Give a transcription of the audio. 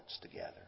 together